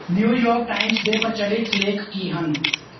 New York Times ਦੇ ਪ੍ਰਚਲਿਤ ਲੇਖ ਕੀ ਹਨ